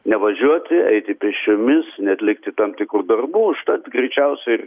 nevažiuoti eiti pėsčiomis neatlikti tam tikrų darbų užtat greičiausiai